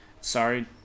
sorry